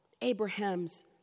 Abraham's